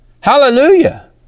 Hallelujah